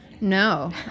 no